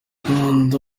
nkunda